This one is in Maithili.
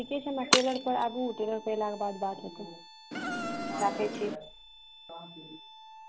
ठीके छै हमरा टेलरपर आबू टेलर पऽ एलाके बाद बात हेतै राखय छी